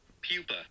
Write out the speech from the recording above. pupa